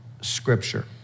Scripture